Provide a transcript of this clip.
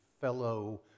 fellow